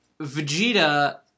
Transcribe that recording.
Vegeta